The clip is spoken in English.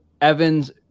Evans